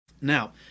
Now